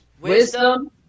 Wisdom